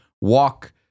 walk